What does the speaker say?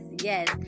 yes